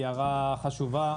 היא הערה חשובה.